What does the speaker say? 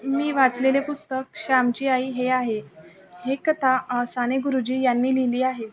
मी वाचलेले पुस्तक श्यामची आई हे आहे हे कथा साने गुरुजी यांनी लिहिली आहे